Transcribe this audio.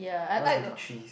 must be the trees